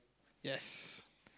yes